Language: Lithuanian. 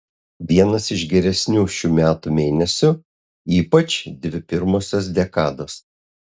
vienas iš geresnių šių metų mėnesių ypač dvi pirmosios dekados